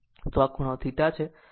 તો આ ખૂણો θ છે